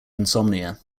insomnia